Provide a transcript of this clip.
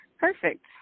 Perfect